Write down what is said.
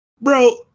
Bro